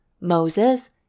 Moses